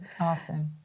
awesome